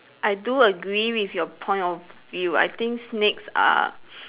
I do agree with your point of view I think snakes are